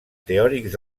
teòrics